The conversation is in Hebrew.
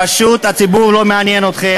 פשוט הציבור לא מעניין אתכם.